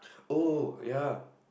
oh ya